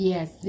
Yes